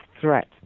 threat